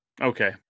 Okay